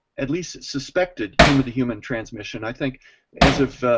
at least suspected, human to human transmission. i think as of